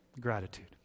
Gratitude